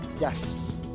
Yes